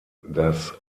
das